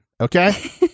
okay